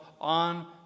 on